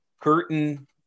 curtain